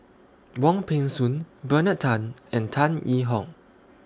Wong Peng Soon Bernard Tan and Tan Yee Hong